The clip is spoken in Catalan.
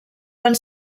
van